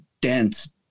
dense